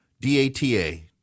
D-A-T-A